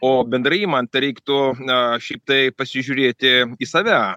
o bendrai imant tereiktų na šiaip taip pasižiūrėti į save